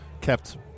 kept